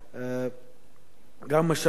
גם משאבים,